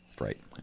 Right